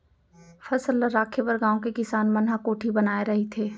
फसल ल राखे बर गाँव के किसान मन ह कोठी बनाए रहिथे